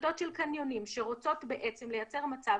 רשתות של קניונים שרוצות בעצם לייצר מצב